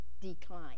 decline